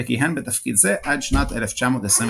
וכיהן בתפקיד זה עד שנת 1929.